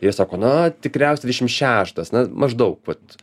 jie sako na tikriausiai dvidešim šeštas na maždaug vat